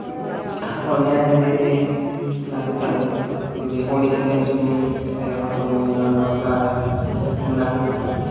ଓଡ଼ିଆ ହିନ୍ଦୀ ବି ନାଚିଥାଉ ହିନ୍ଦୀ ଓଡ଼ିଶୀ ଡ୍ୟାନ୍ସ ବି ଏଇଯାକ ସବୁ ବି ଆମର ଗାଁରେ ନାଚୁଛନ୍ତି